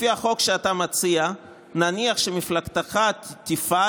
לפי החוק שאתה מציע, נניח שמפלגתך תפעל,